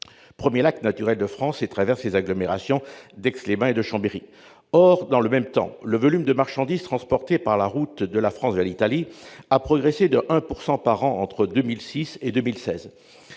premier lac naturel de France, et traverse les agglomérations d'Aix-les-Bains et de Chambéry. Or, dans le même temps, le volume de marchandises transportées par la route de la France vers l'Italie a progressé de 1 % par an entre 2006 et 2016.